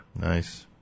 Nice